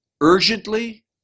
urgently